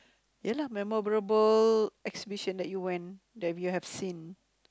ya lah memorable exhibition that you went that you have seen